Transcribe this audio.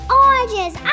oranges